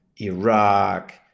Iraq